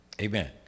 Amen